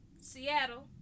Seattle